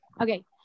Okay